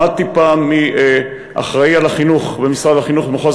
למדתי פעם מאחראי על החינוך במשרד החינוך במחוז